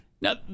Now